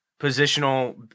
positional